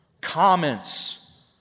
comments